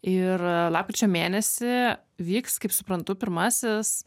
ir lapkričio mėnesį vyks kaip suprantu pirmasis